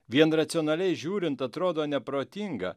vien racionaliai žiūrint atrodo neprotinga